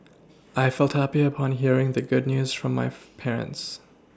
I felt happy upon hearing the good news from my parents